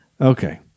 Okay